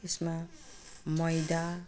त्यसमा मैदा